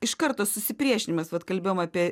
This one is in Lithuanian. iš karto susipriešinimas vat kalbėjom apie